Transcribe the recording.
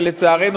ולצערנו,